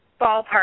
ballpark